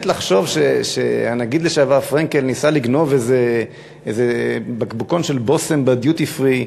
לחשוב שהנגיד לשעבר פרנקל ניסה לגנוב איזה בקבוקון של בושם בדיוטי-פרי.